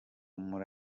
muri